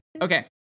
Okay